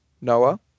Noah